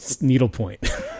needlepoint